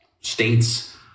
states